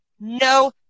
No